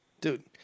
Dude